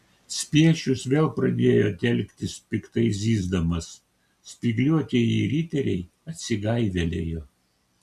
spiečius vėl pradėjo telktis piktai zyzdamas spygliuotieji riteriai atsigaivelėjo